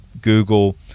Google